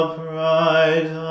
pride